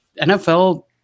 NFL